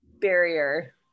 barrier